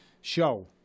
show